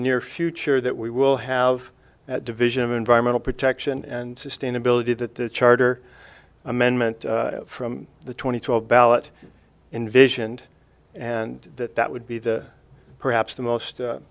near future that we will have that division of environmental protection and sustainability that the charter amendment from the twenty two a ballot in visioned and that that would be the perhaps the most